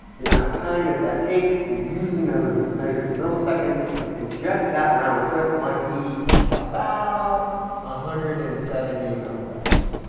the amount of time that that takes is usually measured and measured in milliseconds and just that round trip might be about a hundred and seventy milliseconds.